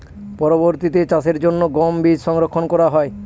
পরবর্তিতে চাষের জন্য গম বীজ সংরক্ষন করা হয়?